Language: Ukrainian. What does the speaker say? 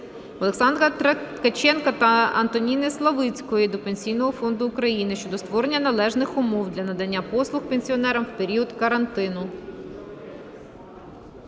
Олександра Ткаченка та Антоніни Славицької до Пенсійного фонду України щодо створення належних умов для надання послуг пенсіонерам в період карантину.